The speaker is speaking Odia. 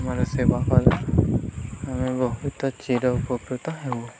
ଆମର ସେବା କଲେ ଆମେ ବହୁତ ଚିର ଉପକୃତ ହେବୁ